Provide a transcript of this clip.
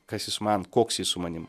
kas jis man koks jis su manim